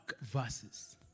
verses